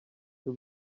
too